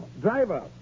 Driver